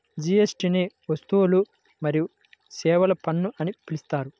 జీఎస్టీని వస్తువులు మరియు సేవల పన్ను అని పిలుస్తారు